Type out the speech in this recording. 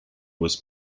was